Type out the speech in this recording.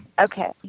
okay